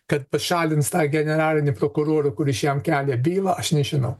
kad pašalins tą generalinį prokurorą kuris jam kelia bylą aš nežinau